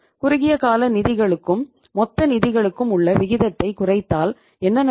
குறுகிய கால நிதிகளுக்கும் மொத்த நிதிகளுக்கும் உள்ள விகிதத்தை குறைத்தால் என்ன நடக்கும்